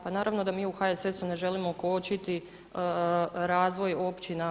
Pa naravno da mi u HSS-u ne želimo kočiti razvoj općina.